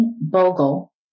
Bogle